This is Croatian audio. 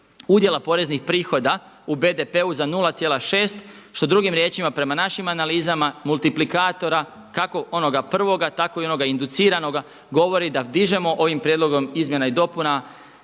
udjela poreznih prihoda u BDP-u za 0,6 što drugim riječima prema našim analizama multiplikatora, kako onoga prvoga, tako i onoga induciranoga govori da dižemo ovim prijedlogom izmjena i dopuna